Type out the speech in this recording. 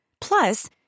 Plus